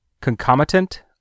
concomitant